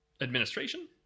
Administration